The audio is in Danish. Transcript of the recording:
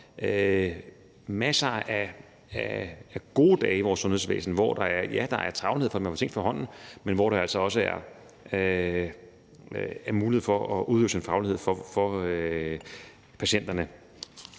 masser af gode dage i vores sundhedsvæsen, hvor der er travlhed, for man får ting fra hånden, men hvor der altså også er mulighed for at udøve sin faglighed for patienterne.